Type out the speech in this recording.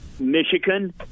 Michigan